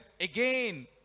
again